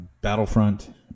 Battlefront